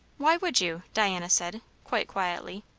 why would you? diana said, quite quietly.